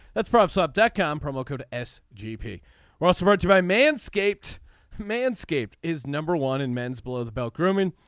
that's props up def com promo code s gp real smart. my man escaped man escaped is number one in men's below the belt grooming.